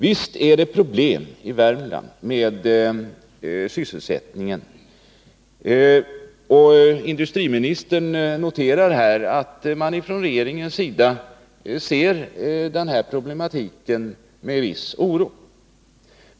Visst finns det problem med sysselsättningen i Värmland, och industriministern har förklarat här i dag att man från regeringens sida ser denna problematik med viss oro.